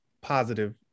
positive